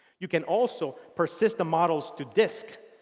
you can also present the models to disk.